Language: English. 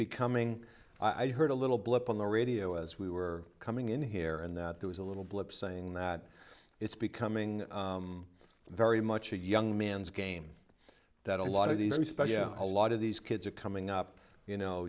becoming i heard a little blip on the radio as we were coming in here and that there was a little blip saying that it's becoming very much a young man's game that a lot of these respects yeah a lot of these kids are coming up you know